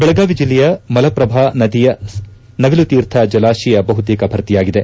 ಬೆಳಗಾವಿ ಜಿಲ್ಲೆಯ ಮಲಪ್ರಭಾ ನದಿಯ ನವಿಲು ತೀರ್ಥ ಜಲಾಶಯ ಬಹುತೇಕ ಭರ್ತಿಗೊಂಡಿದೆ